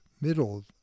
middle